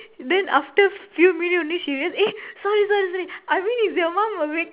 then after few minutes only she realise eh sorry sorry sorry I mean is your mum awake